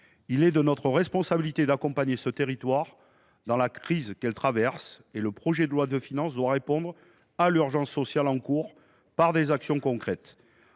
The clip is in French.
Il est de notre responsabilité d’accompagner ce territoire dans la crise qu’il traverse. Le projet de loi de finances doit répondre à l’urgence sociale par des actions concrètes.